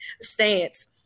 stance